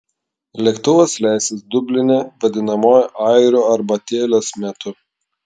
lėktuvas leisis dubline vadinamuoju airių arbatėlės metu